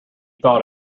thought